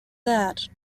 that